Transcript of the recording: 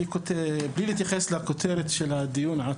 מבלי להתייחס לכותרת עצמה של הדיון,